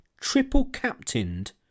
triple-captained